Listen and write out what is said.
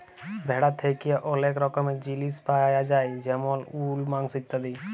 ভেড়া থ্যাকে ওলেক রকমের জিলিস পায়া যায় যেমল উল, মাংস ইত্যাদি